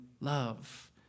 love